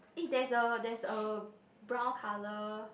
eh there is a there is a brown color